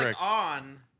on